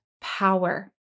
power